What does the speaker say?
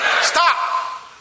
Stop